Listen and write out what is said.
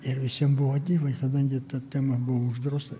ir visiem buvo dyvai kadangi ta tema buvo uždrausta